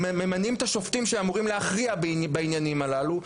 ממנים את השופטים שאמורים להכריע בעניינים הללו.